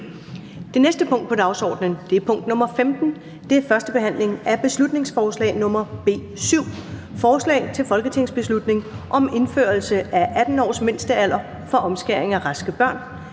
Det næste punkt på dagsordenen er: 15) 1. behandling af beslutningsforslag nr. B 7: Forslag til folketingsbeslutning om indførelse af 18-årsmindstealder for omskæring af raske børn